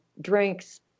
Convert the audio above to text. drinks